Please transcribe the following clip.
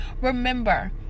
Remember